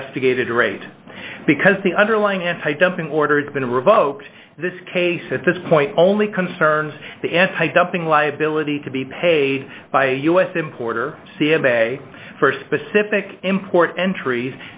investigated rate because the underlying anti dumping orders been revoked this case at this point only concerns the antidumping liability to be paid by a us importer c m a for specific import entries